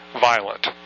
violent